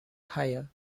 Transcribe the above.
higher